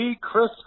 Chris